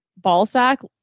Ballsack